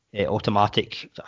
automatic